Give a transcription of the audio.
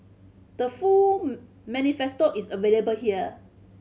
the full manifesto is available here